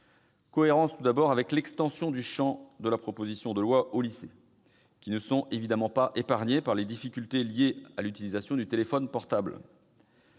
Cohérence, tout d'abord : le champ de la proposition de loi est étendu aux lycées, qui ne sont évidemment pas épargnés pas les difficultés liées à l'utilisation du téléphone portable.